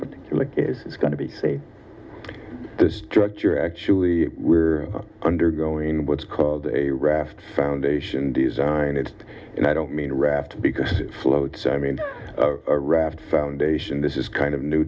particular is going to be seen the structure actually we're undergoing what's called a raft foundation design it and i don't mean a raft because floats i mean a raft foundation this is kind of new